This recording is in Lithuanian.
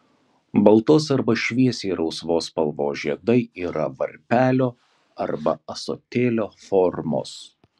baltos arba šviesiai rausvos spalvos žiedai yra varpelio arba ąsotėlio formos